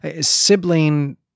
sibling